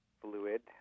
fluid